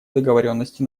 договоренности